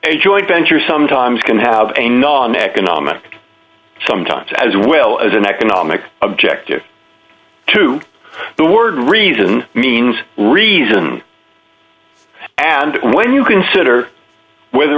a joint venture sometimes can have a non economic sometimes as well as an economic objective to the word reason means reason and when you consider whether